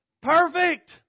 Perfect